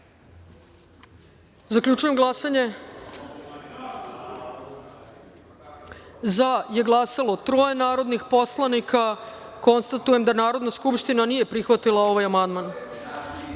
glasaju. Zaključujem glasanje: za je glasalo troje narodnih poslanika. Konstatujem da Narodna skupština nije prihvatila ovaj amandman. Na